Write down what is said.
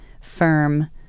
firm